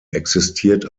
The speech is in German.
existiert